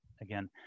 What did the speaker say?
Again